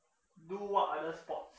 do what other sports